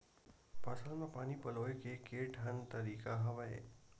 फसल म पानी पलोय के केठन तरीका हवय?